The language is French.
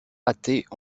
athées